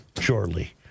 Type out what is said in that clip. shortly